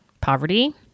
Poverty